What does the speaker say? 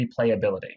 replayability